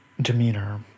demeanor